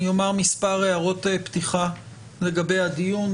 אני אומר מספר הערות פתיחה לגבי הדיון,